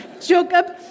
Jacob